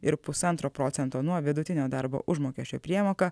ir pusantro procento nuo vidutinio darbo užmokesčio priemoka